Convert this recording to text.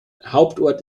hauptort